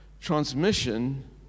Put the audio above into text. transmission